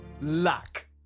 Luck